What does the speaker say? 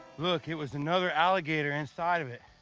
look, it was another alligator inside of it.